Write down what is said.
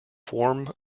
form